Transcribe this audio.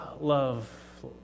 love